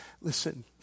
Listen